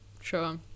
sure